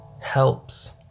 helps